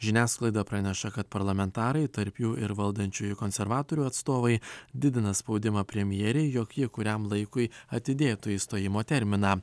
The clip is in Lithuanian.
žiniasklaida praneša kad parlamentarai tarp jų ir valdančiųjų konservatorių atstovai didina spaudimą premjerei jog jie kuriam laikui atidėtų išstojimo terminą